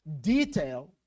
detail